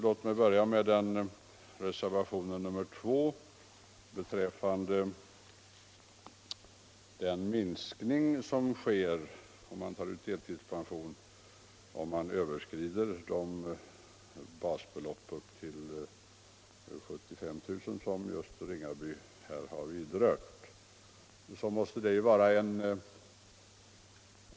Låt mig börja med reservationen 2 beträffande den minskning av pensionen som sker när man tar ut delpension, om man överskrider det basbelopp på upp till 75 000 kr. som herr Ringaby här just har berört.